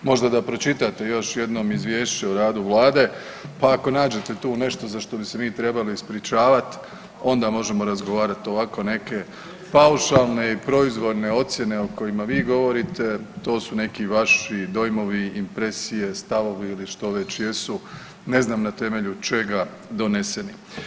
Možda da pročitate još jednom izvješće o radu vlade, pa ako nađete tu nešto za što bi se mi trebali ispričavat onda možemo razgovarat, a ovako neke paušalne i proizvoljne ocijene o kojim vi govorite, to su neki vaši dojmovi, impresije, stavovi ili što već jesu, ne znam na temelju čega doneseni.